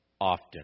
Often